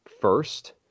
first